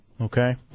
Okay